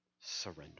Surrender